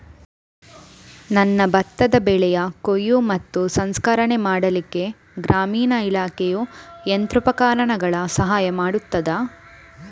ನನ್ನ ಭತ್ತದ ಬೆಳೆಯ ಕೊಯ್ಲು ಮತ್ತು ಸಂಸ್ಕರಣೆ ಮಾಡಲಿಕ್ಕೆ ಗ್ರಾಮೀಣ ಇಲಾಖೆಯು ಯಂತ್ರೋಪಕರಣಗಳ ಸಹಾಯ ಮಾಡುತ್ತದಾ?